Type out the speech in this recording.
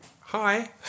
Hi